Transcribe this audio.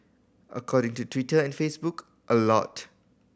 according to Twitter and Facebook a lot